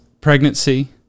pregnancy